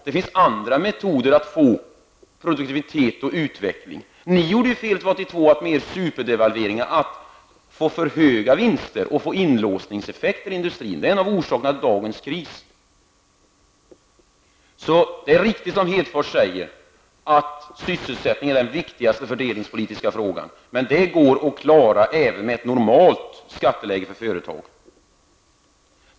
Det finns andra metoder att få produktivitet och utveckling. Ni gjorde felet 1982 att med superdevalveringen få för höga vinster och en inlåsningseffekt för industrin. Det är en av orsakerna till dagens kris. Det är riktigt som Lars Hedfors säger, att sysselsättningen är den viktigaste fördelningspolitiska frågan. Men den går att klara även med ett normalt skatteläge för företagen.